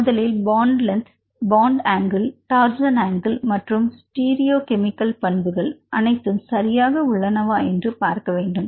முதலில் bond length bond angle torsion angle மற்றும் stereochemical பண்புகள் அனைத்தும் சரியாக உள்ளனவா என்று பார்க்க வேண்டும்